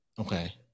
Okay